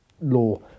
law